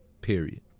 Period